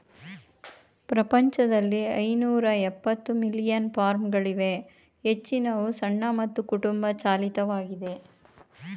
ಪ್ರಪಂಚದಲ್ಲಿ ಐನೂರಎಪ್ಪತ್ತು ಮಿಲಿಯನ್ ಫಾರ್ಮ್ಗಳಿವೆ ಹೆಚ್ಚಿನವು ಸಣ್ಣ ಮತ್ತು ಕುಟುಂಬ ಚಾಲಿತವಾಗಿದೆ